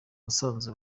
musanze